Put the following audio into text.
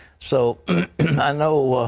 so i know